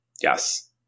Yes